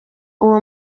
uwo